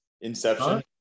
Inception